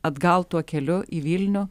atgal tuo keliu į vilnių